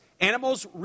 animals